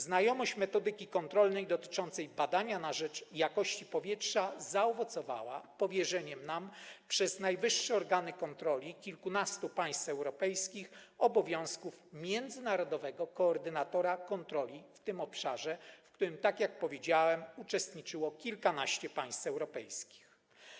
Znajomość metodyki kontrolnej dotyczącej badania działań na rzecz poprawy jakości powietrza zaowocowała powierzeniem nam przez najwyższe organy kontroli z kilkunastu państw europejskich obowiązków międzynarodowego koordynatora kontroli w tym obszarze, w której - tak jak powiedziałem - uczestniczyło kilkanaście państw europejskich.